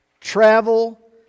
Travel